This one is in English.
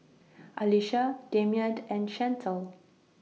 Alisha Damien and Chantel